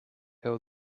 held